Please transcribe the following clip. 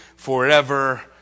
Forever